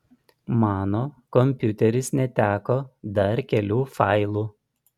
mano kompiuteris neteko dar kelių failų